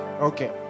Okay